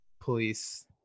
police